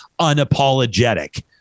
unapologetic